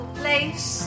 place